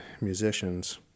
musicians